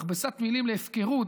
מכבסת מילים להפקרות,